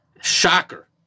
Shocker